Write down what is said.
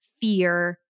fear